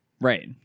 Right